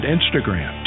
Instagram